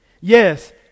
Yes